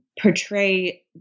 portray